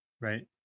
right